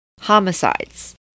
homicides